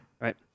Right